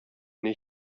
nicht